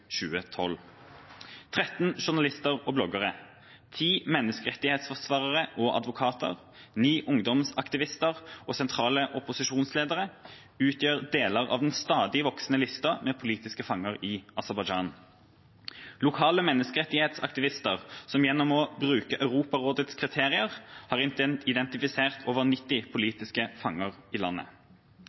2012. 13 journalister og bloggere, ti menneskerettighetsforsvarere og advokater og ni ungdomsaktivister og sentrale opposisjonsledere utgjør deler av den stadig voksende listen over politiske fanger i Aserbajdsjan. Lokale menneskerettighetsaktivister har, gjennom å bruke Europarådets kriterier, identifisert over 90 politiske fanger i landet.